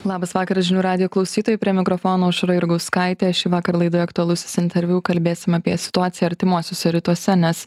labas vakaras žinių radijo klausytojai prie mikrofono aušra jurgauskaitė šįvakar laidoje aktualusis interviu kalbėsim apie situaciją artimuosiuose rytuose nes